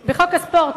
קוראת: "בחוק הספורט,